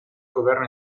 governo